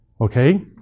Okay